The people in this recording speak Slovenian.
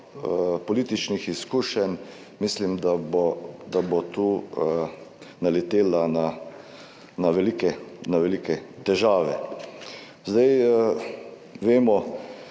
političnih izkušenj, mislim, da bo tu naletela na velike težave. Zdaj vemo,